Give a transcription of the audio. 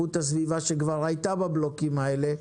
לאיכות הסביבה שכבר היה בבלוקים האלה,